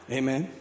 amen